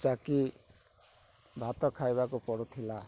ଚାକି ଭାତ ଖାଇବାକୁ ପଡୁଥିଲା